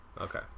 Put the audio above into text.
Okay